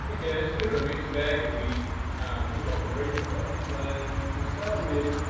ah okay, there's a bit of a mixed bag that we took off the reef today. so we'll start with,